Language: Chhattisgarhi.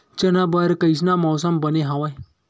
चना बर कइसन मौसम बने हवय?